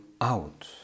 out